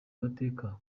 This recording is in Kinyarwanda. mateka